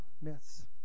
myths